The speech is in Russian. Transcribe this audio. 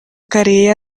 корея